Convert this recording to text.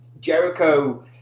jericho